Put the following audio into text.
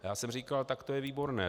Já jsem říkal: Tak to je výborné.